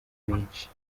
menshi